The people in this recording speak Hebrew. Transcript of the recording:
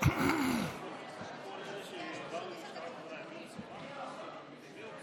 חבר הכנסת בן גביר,